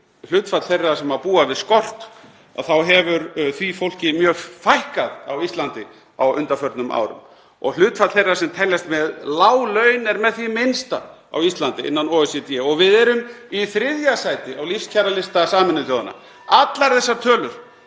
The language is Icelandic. hlutfall þeirra sem búa við skort, en því fólki hefur mjög fækkað á Íslandi á undanförnum árum. Hlutfall þeirra sem teljast með lág laun er með því lægsta á Íslandi innan OECD og við erum í þriðja sæti á lífskjaralista Sameinuðu þjóðanna. (Forseti